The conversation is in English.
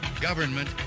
government